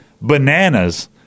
bananas